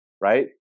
right